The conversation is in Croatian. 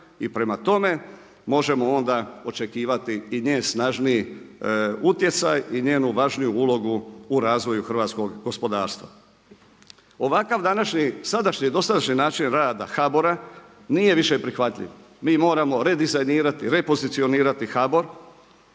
I prema tome možemo onda očekivati i njen snažniji utjecaj i njezinu važniju ulogu u razvoju hrvatskoga gospodarstva. Ovakav današnji, sadašnji, dosadašnji način rada HBOR-a nije više prihvatljiv. Mi moramo redizajnirati, repozicionirati HBOR,